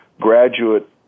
graduate